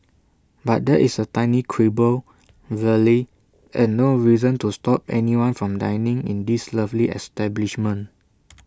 but that is A tiny quibble really and no reason to stop anyone from dining in this lovely establishment